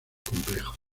complejo